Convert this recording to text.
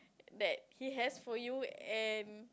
that he has for you and